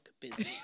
busy